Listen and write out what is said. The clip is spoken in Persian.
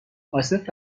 عاصف